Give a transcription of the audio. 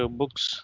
books